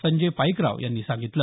संजय पाईकराव यांनी सांगितलं